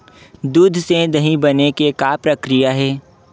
दूध से दही बने के का प्रक्रिया हे?